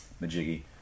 Majiggy